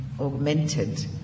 augmented